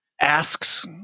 asks